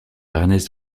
ernest